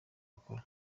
gukora